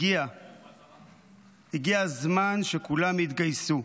הגיע הזמן שכולם יתגייסו.